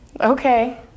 Okay